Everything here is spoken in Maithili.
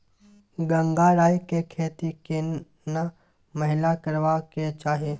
गंगराय के खेती केना महिना करबा के चाही?